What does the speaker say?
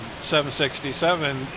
767